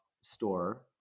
store